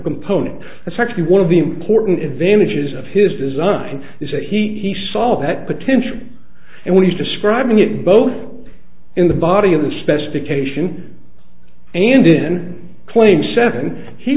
component that's actually one of the important advantages of his design is that he saw that potential and when he's describing it both in the body of the specification and in claims seven he